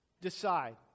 decide